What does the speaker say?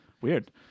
Weird